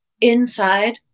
inside